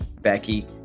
becky